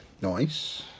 Nice